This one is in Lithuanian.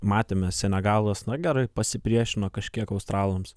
matėme senegalas na gerai pasipriešino kažkiek australams